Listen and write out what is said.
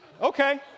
Okay